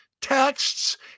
texts